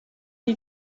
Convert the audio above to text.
die